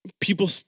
People